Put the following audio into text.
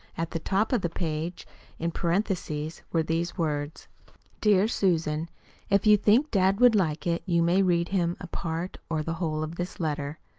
at the top of the page in parentheses were these words dear susan if you think dad would like it you may read him a part or the whole of this letter.